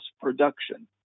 production